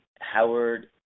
Howard